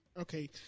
Okay